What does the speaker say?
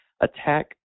attack